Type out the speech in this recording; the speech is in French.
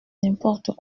n’importe